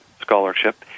scholarship